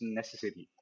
necessary